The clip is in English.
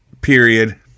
period